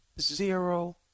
zero